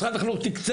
משרד החינוך תיקצב,